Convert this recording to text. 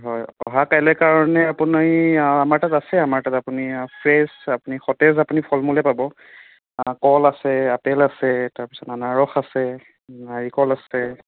হয় অহা কাইলে কাৰণে আপুনি আমাৰ তাত আছে আমাৰ তাত আপুনি ফ্ৰেছ আপুনি সতেজ আপুনি ফল মূলেই পাব কল আছে আপেল আছে তাৰপিছত আনাৰস আছে নাৰিকল আছে